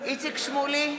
איציק שמולי,